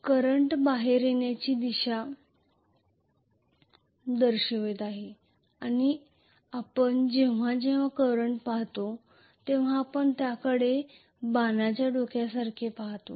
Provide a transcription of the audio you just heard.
current बाहेर येण्याची दिशा दर्शवित आहे आणि आपण जेव्हा जेव्हा करंट पाहतो तेव्हा आपण त्याकडे बाणाच्या डोक्यासारखे पाहतो